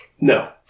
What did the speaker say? No